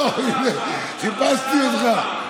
אוה, הינה, חיפשתי אותך.